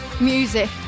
Music